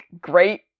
great